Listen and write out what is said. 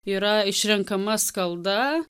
yra išrenkama skalda